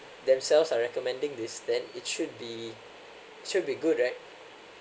themselves are recommending this then it should be should be good right